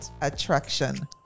Attraction